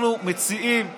אנחנו מציעים שלום,